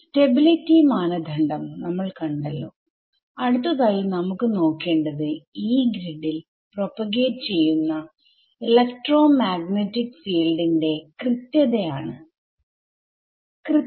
സ്റ്റബിലിറ്റിമാനദണ്ഡം നമ്മൾ കണ്ടല്ലോ അടുത്തതായി നമുക്ക് നോക്കേണ്ടത് യി ഗ്രിഡിൽ പ്രൊപോഗേറ്റ് ചെയ്യുന്ന ഇലക്ട്രോമാഗ്നെറ്റിക് ഫീൽഡിന്റെ കൃത്യത ആണ്